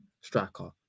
striker